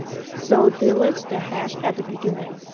so delete the hash at the beginning.